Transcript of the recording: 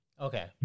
Okay